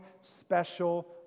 special